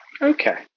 Okay